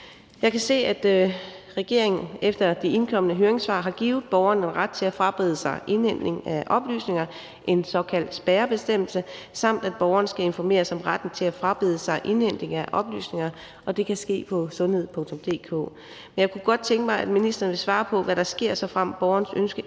Jeg kan se, at regeringen efter de indkomne høringssvar har givet borgerne ret til at frabede sig indhentning af oplysninger, en såkaldt spærrebestemmelse, samt at borgeren skal informeres om retten til at frabede sig indhentning af oplysninger, og at det kan ske på sundhed.dk. Men jeg kunne godt tænke mig, at ministeren ville svare på, hvad der sker, såfremt borgerens ønske ikke